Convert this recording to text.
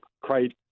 Craig